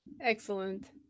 Excellent